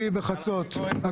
יהיה יותר